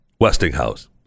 Westinghouse